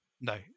No